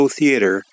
Theater